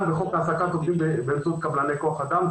בחוק העסקת קבלנים באמצעות קבלני כוח אדם.